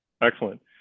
Excellent